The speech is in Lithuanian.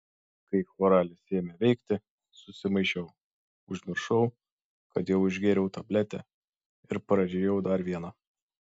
kai chloralis ėmė veikti susimaišiau užmiršau kad jau išgėriau tabletę ir prarijau dar vieną